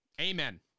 Amen